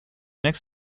next